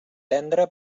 tendre